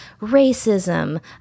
racism